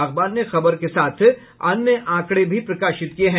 अखबार ने खबर के साथ अन्य आंकड़े भी प्रकाशित किये हैं